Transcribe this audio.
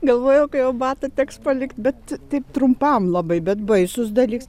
galvojau kai jau batą teks palikt bet taip trumpam labai bet baisūs dalyks